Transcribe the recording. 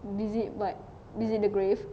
visit what visit the grave